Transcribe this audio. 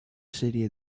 serie